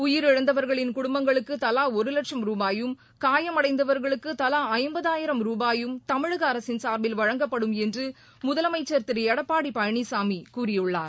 உயிரிழந்தவர்களின் குடும்பங்களுக்கு தலா ஒரு வட்சம் ரூபாயும் காயமடைந்தவர்களுக்கு தலா ஐம்பதாயிரம் ரூபாயும் வழங்க தமிழக அரசின் சார்பில் வழங்கப்படும் என்று முதலமைச்சர் திரு எடப்பாடி பழனிசாமி கூறியுள்ளார்